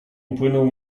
upłynął